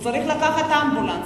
צריך לקחת אמבולנס.